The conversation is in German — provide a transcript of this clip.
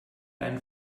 einen